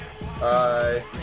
bye